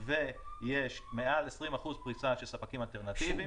ויש מעל 20 אחוזים פריסה של ספקים אלטרנטיביים.